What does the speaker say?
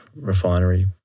refinery